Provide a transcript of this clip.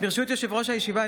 ברשות יושב-ראש הישיבה,